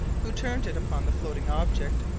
who turned it upon the floating object,